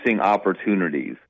opportunities